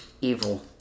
Evil